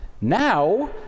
Now